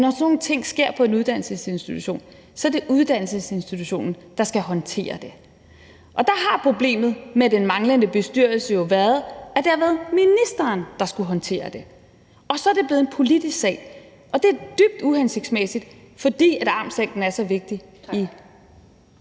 når sådan nogle ting sker på en uddannelsesinstitution, er det uddannelsesinstitutionen, der skal håndtere det. Og der har problemet med den manglende bestyrelse jo været, at det har været ministeren, der skulle håndtere det. Og så er det blev en politisk sag, og det er dybt uhensigtsmæssigt, fordi armslængden er så vigtig.